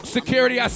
Security